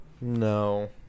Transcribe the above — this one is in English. no